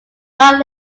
not